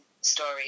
story